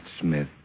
Smith